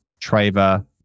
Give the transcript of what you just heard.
Traver